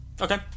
Okay